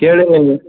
ಕೇಳಿ